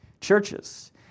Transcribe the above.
churches